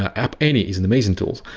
ah app annie is an amazing tool.